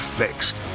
fixed